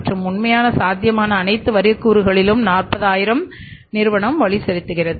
மற்றும் உண்மையான சாத்தியமான அனைத்து வரி கூறுகளிலும் 40000 நிறுவனம் வரி செலுத்துகிறது